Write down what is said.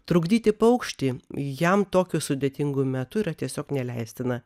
trukdyti paukštį jam tokiu sudėtingu metu yra tiesiog neleistina